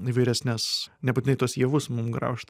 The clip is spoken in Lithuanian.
įvairesnes nebūtinai tuos javus mum graužt